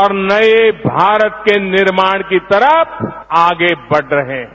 और नये भारत के निर्माण की तरफ आगे बढ़ रहे हैं